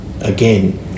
again